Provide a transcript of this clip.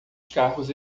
carros